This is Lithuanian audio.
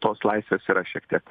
tos laisvės yra šiek tiek